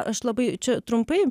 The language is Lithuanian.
aš labai čia trumpai